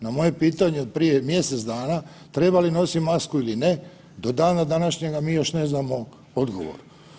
Na moje pitanje od prije mjesec dana treba li nosit masku ili ne, do dana današnjega mi još ne znamo odgovor.